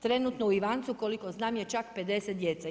Trenutno u Ivancu, koliko znam je čak 50 djece.